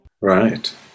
Right